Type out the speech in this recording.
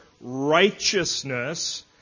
righteousness